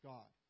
God